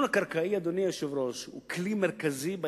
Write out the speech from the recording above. יש קואופוזיציה.